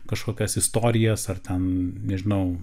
kažkokias istorijas ar ten nežinau